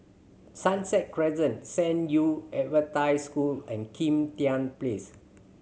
Sunset Crescent San Yu Adventist School and Kim Tian Place